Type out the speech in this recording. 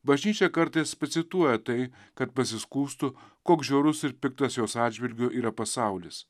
bažnyčia kartais pacituoja tai kad pasiskųstų koks žiaurus ir piktas jos atžvilgiu yra pasaulis